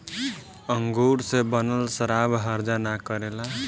अंगूर से बनल शराब हर्जा ना करेला